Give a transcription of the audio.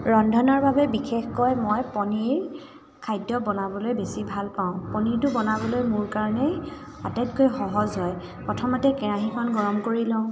ৰন্ধনৰ বাবে বিশেষকৈ মই পনিৰ খাদ্য বনাবলৈ বেছি ভাল পাওঁ পনিৰটো বনাবলৈ মোৰ কাৰণে আটাইতকৈ সহজ হয় প্ৰথমতে কেৰাহিখন গৰম কৰি লওঁ